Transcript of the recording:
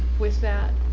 with that.